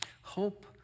Hope